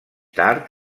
tard